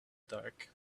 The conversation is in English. dark